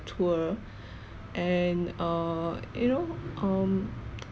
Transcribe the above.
tour and err you know um